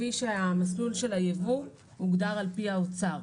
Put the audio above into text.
כפי שמסלול של הייבוא הוגדר על פי האוצר.